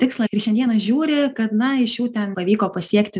tikslą ir šiandieną žiūri kad na iš jų pavyko pasiekti